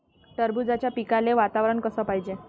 टरबूजाच्या पिकाले वातावरन कस पायजे?